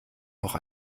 noch